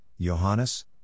Johannes